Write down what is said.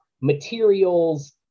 materials